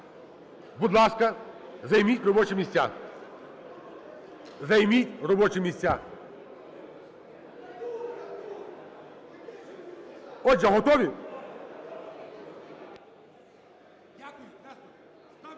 Будь ласка, займіть робочі місця, займіть робочі місця. Отже, готові?